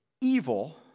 Evil